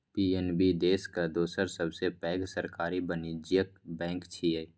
PNB देशक दोसर सबसं पैघ सरकारी वाणिज्यिक बैंक छियै